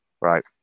right